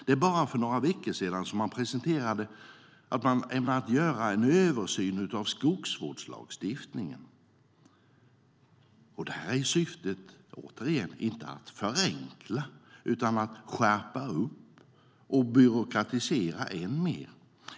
Det var bara några veckor sedan regeringen presenterade en översyn av skogsvårdslagen som man ämnar göra. Syftet är återigen inte att förenkla utan att skärpa upp och byråkratisera än mer.